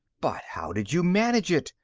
but how did you manage it?